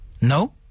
no